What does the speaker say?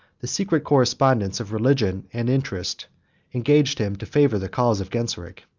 the secret correspondence of religion and interest engaged him to favor the cause of genseric.